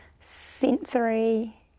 sensory